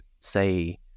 say